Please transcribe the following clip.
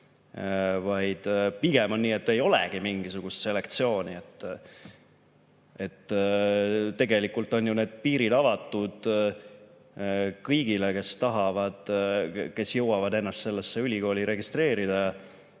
Pigem on nii, et ei olegi mingisugust selektsiooni. Tegelikult on need piirid avatud kõigile, kes tahavad ja kes jõuavad ennast sellesse ülikooli registreerida.